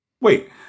wait